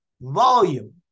volume